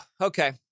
Okay